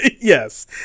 Yes